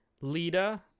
Lita